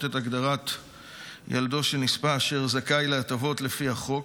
את הגדרת ילדו של נספה אשר זכאי להטבות לפי החוק